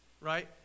right